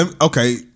Okay